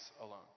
alone